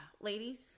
ladies